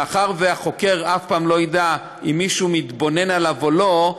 מאחר שהחוקר אף פעם לא ידע אם מישהו מתבונן בו או לא,